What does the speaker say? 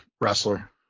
wrestler